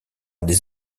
des